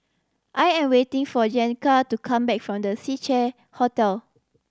I am waiting for Jeanetta to come back from The Seacare Hotel